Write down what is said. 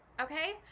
okay